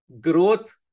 growth